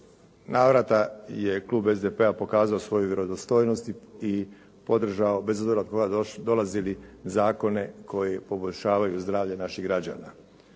navrata je klub SDP-a pokazao svoju vjerodostojnost i podržao, bez obzira od koga dolazili, zakone koji poboljšavaju zdravlje naših građana.